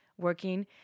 Working